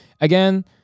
again